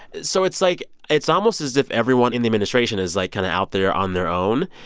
so it's like, it's almost as if everyone in the administration is, like, kind of out there on their own.